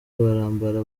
barambara